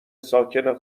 ساکن